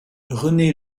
rené